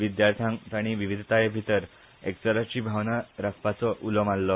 विद्यार्थ्यांक ताणी विविधतायेभीतर एकचाराची भावना राखपाचो उलो माल्लो